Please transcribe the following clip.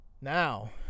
Now